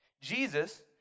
Jesus